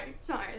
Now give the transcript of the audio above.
sorry